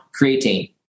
Creatine